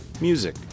Music